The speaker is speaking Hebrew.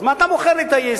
אז מה אתה בוחר לי את ה-ESP?